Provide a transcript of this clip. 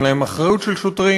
אין להם אחריות של שוטרים,